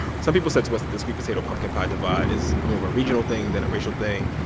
some people said to us the sweet potato-pumpkin pie divide is more of a regional thing than a racial thing.